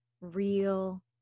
real